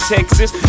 Texas